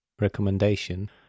recommendation